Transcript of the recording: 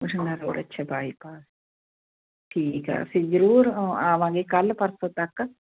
ਪਸ਼ੀਨਾ road ਅੱਛਾ bypass ਠੀਕ ਆ ਅਸੀਂ ਜ਼ਰੂਰ ਅ ਆਵਾਂਗੇ ਕੱਲ੍ਹ ਪਰਸੋਂ ਤੱਕ